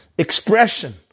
expression